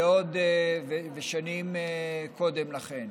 ושנים קודם לכן.